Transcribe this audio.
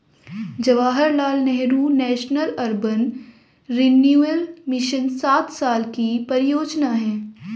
Jawaharlal Nehru national urban renewal mission सात साल की परियोजना है